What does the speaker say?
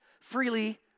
freely